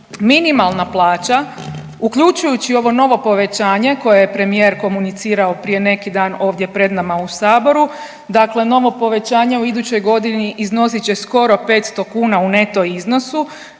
Minimalna plaća, uključujući ovo novo povećanje koje je premijer komunicirao prije neki dan ovdje pred nama u Saboru, dakle novo povećanje u idućoj godini iznosit će skoro 500 kuna u neto iznosu